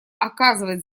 оказывать